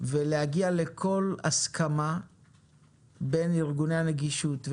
ולהגיע לכל הסכמה בין ארגוני הנגישות,